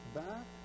back